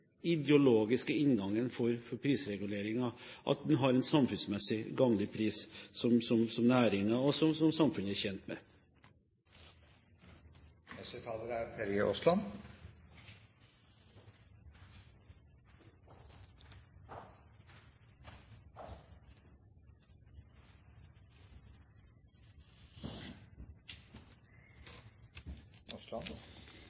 ideologiske inngangen for prisreguleringen – at en har en samfunnsmessig gagnlig pris, som næringen, og samfunnet, er